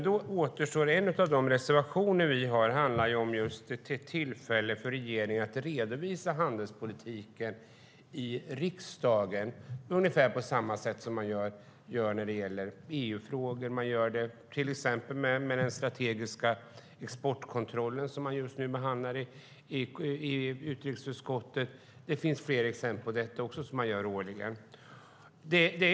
Då återstår en av de reservationer som vi har och som handlar just om ett tillfälle för regeringen att redovisa handelspolitiken i riksdagen, ungefär på samma sätt som man gör när det gäller EU-frågor och till exempel den strategiska exportkontrollen som man just nu behandlar i utrikesutskottet. Det finns fler exempel på sådant här som man gör årligen.